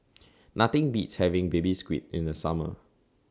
Nothing Beats having Baby Squid in The Summer